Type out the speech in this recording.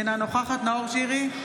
אינה נוכחת נאור שירי,